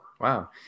Wow